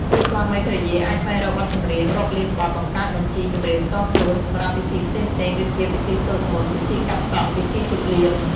គូស្វាមីភរិយាអាចស្វែងរកបទចម្រៀងរាប់លានបទ បង្កើត បញ្ជីចម្រៀងផ្ទាល់ខ្លួន សម្រាប់ពិធីផ្សេងៗដូចជា ពិធីសូត្រមន្ត ពិធីកាត់សក់ ពិធីជប់លៀង។